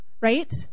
Right